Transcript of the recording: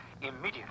immediately